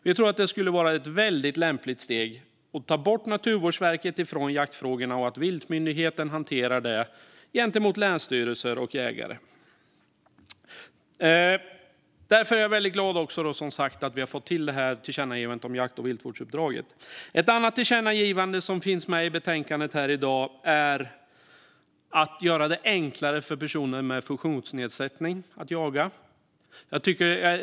Vi tror att det skulle vara ett lämpligt steg att ta bort jaktfrågorna från Naturvårdsverket och låta viltmyndigheten hantera dem gentemot länsstyrelser och jägare. Därför är jag som sagt väldigt glad att vi har fått till det här förslaget till tillkännagivande om jakt och viltvårdsuppdraget. Ett annat förslag till tillkännagivande som finns med i betänkandet är att göra det enklare för personer med funktionsnedsättning att jaga.